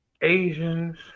asians